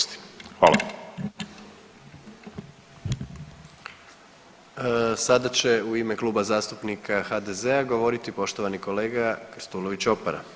Sada će u ime Klub zastupnika HDZ-a govoriti poštovani kolega Krstulović Opara.